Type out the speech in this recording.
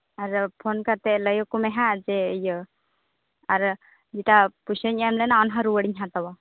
ᱟᱫᱚ ᱯᱷᱳᱱ ᱠᱟᱛᱮᱫ ᱞᱟᱹᱭ ᱟᱠᱚ ᱢᱮᱦᱟᱜ ᱤᱭᱟᱹ ᱟᱨ ᱡᱮᱴᱟ ᱯᱭᱥᱟᱧ ᱮᱢ ᱞᱮᱱᱟ ᱚᱱᱟ ᱦᱚᱸ ᱨᱩᱣᱟᱹᱲᱤᱧ ᱦᱟᱛᱟᱣᱟ